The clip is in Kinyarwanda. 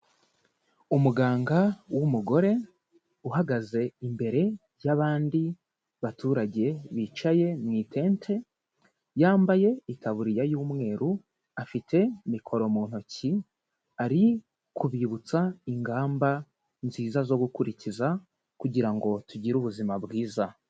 Umuganga w'umugore uhagaze imbere y'abandi baturage bicaye mu itente, yambaye itaburiya y'umweru, afite mikoro mu ntoki, ari kubibutsa ingamba nziza zo gukurikiza kugira ngo tugire ubuzima bwiza.